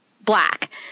black